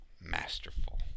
Masterful